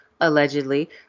allegedly